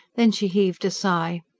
then she heaved a sigh.